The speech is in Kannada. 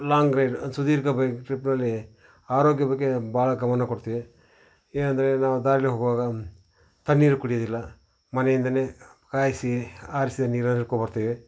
ಲಾಂಗ್ ರೈಡ್ ಸುದೀರ್ಘ ಬೈಕ್ ಟ್ರಿಪ್ಪಲ್ಲಿ ಆರೋಗ್ಯ ಬಗ್ಗೆ ಭಾಳ ಗಮನ ಕೊಡ್ತೀವಿ ಏನಂದರೆ ನಾವು ದಾರೀಲಿ ಹೋಗುವಾಗ ತಣ್ಣೀರು ಕುಡಿಯೋದಿಲ್ಲ ಮನೆಯಿಂದನೇ ಕಾಯಿಸಿ ಆರಿಸಿದ ನೀರನ್ನು ಹಿಡ್ಕೊಂಡು ಬರ್ತೀವಿ